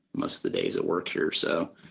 most of the days at work here. so,